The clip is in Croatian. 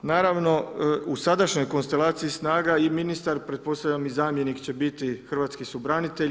Naravno u sadašnjoj konstelaciji snaga i ministar, pretpostavljam i zamjenik će biti hrvatski su branitelji.